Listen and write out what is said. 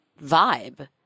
vibe